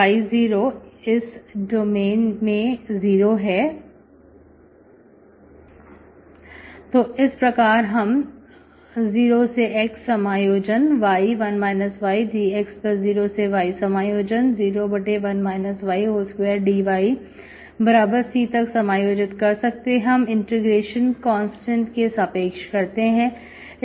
यहांy0 इस डोमेन में 0 है तो इस प्रकार हम 0xy1 ydx0y01 y2 dyC तक समायोजित कर सकते हैं हम इंटीग्रेशन कांस्टेंट के सापेक्ष करते हैं